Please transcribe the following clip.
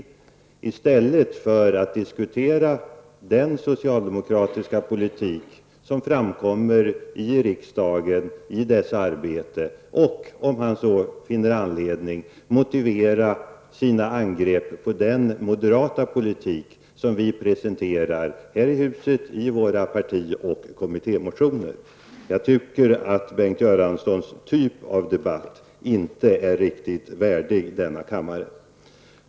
Detta gör han i stället för att diskutera den socialdemokratiska politik som framkommer i riksdagen i dess arbete, och -- om han så finner anledning -- angripa den moderata politik som vi presenterar här i huset i våra parti och kommittémotioner. Jag tycker att Bengt Göranssons typ av debatt inte är värdig denna kammare.